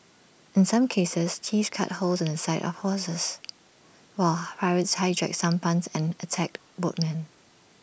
in some cases thieves cut holes in the side of houses while pirates hijacked sampans and attacked boatmen